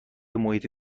محیط